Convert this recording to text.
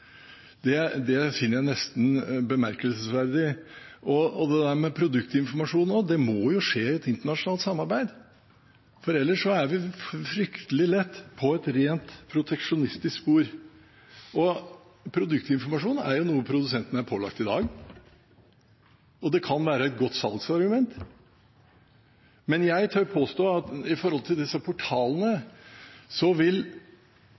finner jeg nesten bemerkelsesverdig. Dette med produktinformasjon må skje i et internasjonalt samarbeid, for ellers er vi fryktelig lett på et rent proteksjonistisk spor. Produktinformasjon er jo noe produsentene er pålagt i dag, og det kan være et godt salgsargument. Men jeg tør påstå at når det gjelder disse portalene, vil de små produsentene bli skadelidende fordi de ikke har verktøyene for å kunne følge med i utviklingen – det vil